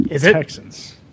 Texans